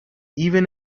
even